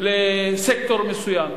לסקטור מסוים?